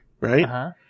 right